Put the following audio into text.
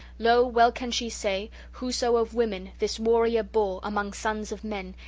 lo, well can she say whoso of women this warrior bore among sons of men,